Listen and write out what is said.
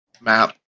map